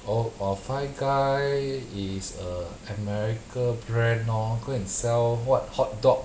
oh ah Five Guys is a america brand lor go and sell [what] hotdog